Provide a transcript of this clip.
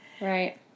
Right